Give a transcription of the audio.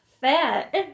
fat